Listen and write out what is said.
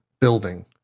building